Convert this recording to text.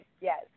Yes